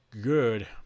good